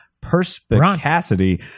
Perspicacity